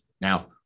Now